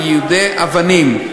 של יידוי אבנים.